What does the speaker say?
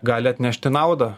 gali atnešti naudą